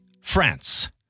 France